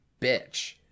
bitch